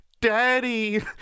daddy